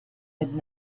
had